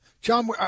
John